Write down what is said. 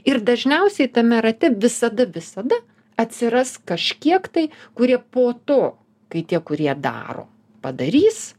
ir dažniausiai tame rate visada visada atsiras kažkiek tai kurie po to kai tie kurie daro padarys